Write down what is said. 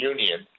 Union